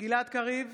גלעד קריב,